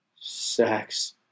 sex